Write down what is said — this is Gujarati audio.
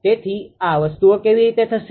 તેથી આ વસ્તુઓ કેવી રીતે થશે